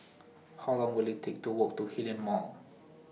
How Long Will IT Take to Walk to Hillion Mall